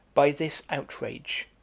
by this outrage,